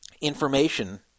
information